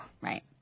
Right